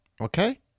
okay